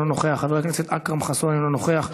אינו נוכח,